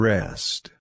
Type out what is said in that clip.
Rest